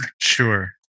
Sure